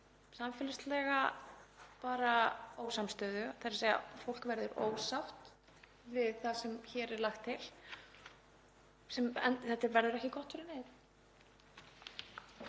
samfélagslega ósamstöðu, þ.e. fólk verður ósátt við það sem hér er lagt til, og það verður ekki gott fyrir neinn.